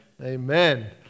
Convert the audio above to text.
Amen